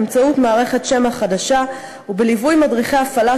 באמצעות מערכת שמע חדשה ובליווי מדריכי הפעלה,